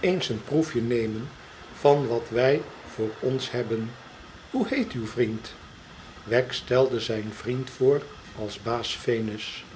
eens een proefje nemen van wat wij voor ons hebben hoe heet uw vriend wegg stelde zijn vriend voor als baas venus